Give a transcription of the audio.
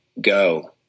go